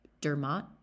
Dermot